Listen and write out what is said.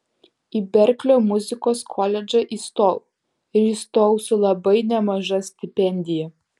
į berklio muzikos koledžą įstojau ir įstojau su labai nemaža stipendija